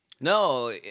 no